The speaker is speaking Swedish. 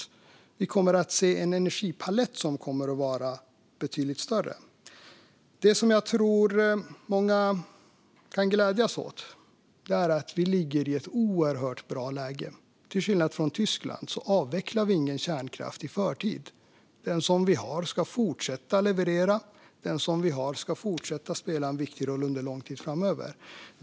Vidare kommer vi att se en betydligt större energipalett. Det som jag tror att många kan glädjas åt är att Sverige ligger i ett oerhört bra läge. Till skillnad från Tyskland avvecklar vi ingen kärnkraft i förtid. Den kärnkraft som finns ska fortsätta att leverera och fortsätta att spela en viktig roll under lång tid framöver.